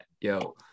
yo